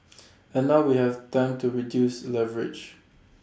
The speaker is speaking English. and now we have time to reduce leverage